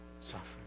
Suffering